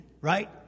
right